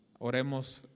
Oremos